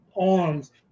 arms